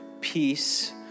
peace